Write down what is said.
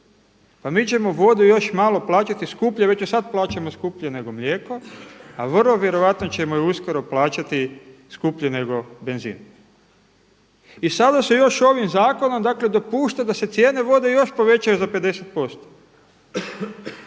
Pa mi ćemo vodu još malo plaćati skuplje, već ju sada plaćamo skuplje nego mlijeko a vrlo vjerojatno ćemo ju uskoro plaćati skuplje nego benzin. I sada se još ovim zakonom dakle dopušta da se cijene vode još povećaju za 50%.